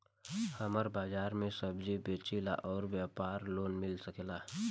हमर बाजार मे सब्जी बेचिला और व्यापार लोन मिल सकेला?